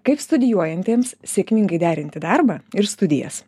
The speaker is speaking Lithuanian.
kaip studijuojantiems sėkmingai derinti darbą ir studijas